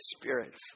spirits